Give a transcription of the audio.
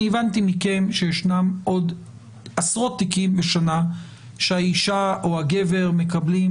הבנתי מכן שיש עוד עשרות תיקים בשנה שהאישה או הגבר מקבלים